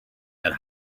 that